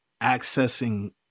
accessing